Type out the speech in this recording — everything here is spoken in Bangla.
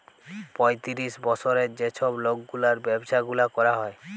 পঁয়তিরিশ বসরের যে ছব লকগুলার ব্যাবসা গুলা ক্যরা হ্যয়